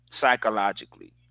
psychologically